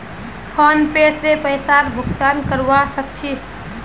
PhonePe से पैसार भुगतान करवा सकछी